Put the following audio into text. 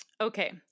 Okay